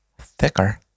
thicker